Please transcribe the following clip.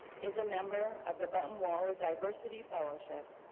is a member of the bunton waller diversity fellowship,